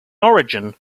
origin